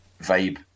vibe